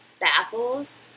baffles